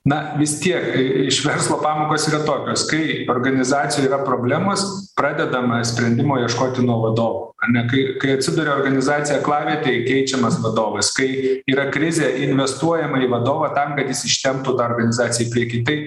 na vis tiek iš verslo pamokos yra tokios kai organizacijoj yra problemos pradedama sprendimo ieškoti nuo vadovo ar ne kai kai atsiduria organizacija aklavietėj keičiamas vadovas kai yra krizė investuojama į vadovą tam kad jis ištemptų tą organizaciją į priekį tai